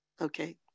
Okay